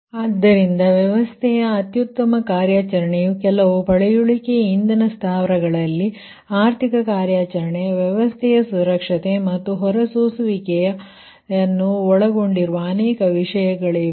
ಆದ್ದರಿಂದ ವ್ಯವಸ್ಥೆಯ ಅತ್ಯುತ್ತಮ ಕಾರ್ಯಾಚರಣೆಯು ಕೆಲವು ಪಳೆಯುಳಿಕೆ ಇಂಧನ ಸ್ಥಾವರಗಳಲ್ಲಿ ಆರ್ಥಿಕಕಾರ್ಯಾಚರಣೆ ವ್ಯವಸ್ಥೆಯ ಸುರಕ್ಷತೆ ಮತ್ತು ಹೊರಸೂಸುವಿಕೆಯ ಒಳಗೊಂಡಿರುವ ಅನೇಕ ವಿಷಯಗಳಿವೆ